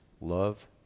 Love